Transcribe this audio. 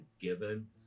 given